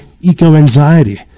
eco-anxiety